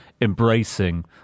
embracing